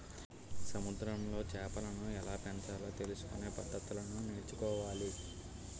సముద్రములో చేపలను ఎలాపెంచాలో తెలుసుకొనే పద్దతులను నేర్చుకోవాలి